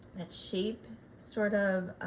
that shape sort of,